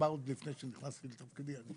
נגמר עוד לפני שנכנסתי לתפקידי.